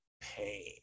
pain